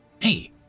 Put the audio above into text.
Hey